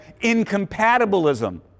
incompatibilism